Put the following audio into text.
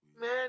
man